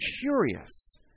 curious